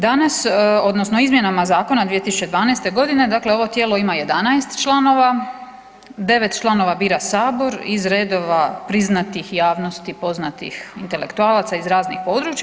Danas odnosno izmjenama zakona 2012.g. dakle ovo tijelo ima 11 članova, 9 članova bira sabor iz redova priznatih javnosti poznatih intelektualaca iz raznih područja.